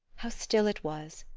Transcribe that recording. how still it was,